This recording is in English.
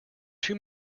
too